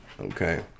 okay